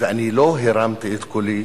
ואני לא הרמתי את קולי,